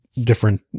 different